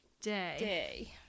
Day